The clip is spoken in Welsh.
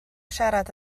siarad